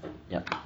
ya